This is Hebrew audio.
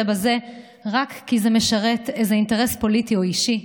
בזה רק כי זה משרת איזה אינטרס פוליטי או אישי,